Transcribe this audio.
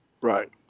Right